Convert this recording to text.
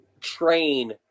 train